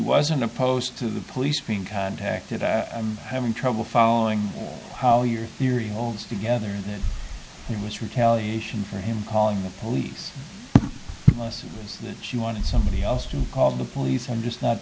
wasn't opposed to the police being contacted i'm having trouble following how your theory holds together in that there was retaliation for him calling the police that she wanted somebody else to call the police and just not